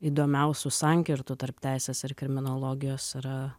įdomiausių sankirtų tarp teisės ir kriminologijos ar